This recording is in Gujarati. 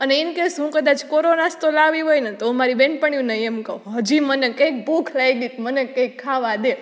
અને ઈન કેસ હું કદાચ કોરો નાસ્તો લાવી હોય ને મારી બેનપણીઓને એમ કહું હજી મને કંઈક ભૂખ લાગી છે મને કઈક ખાવા દે